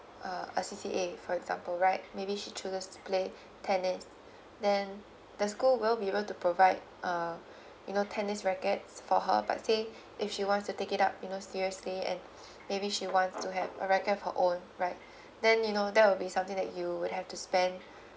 a a C_C_A for example right maybe she chooses to play tennis then the school will be able to provide uh you know tennis rackets for her but say if she wants to take it up you know seriously and maybe she wants to have a racket for own right then you know that will be something that you would have to spend